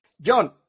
John